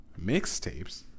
mixtapes